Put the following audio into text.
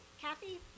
Kathy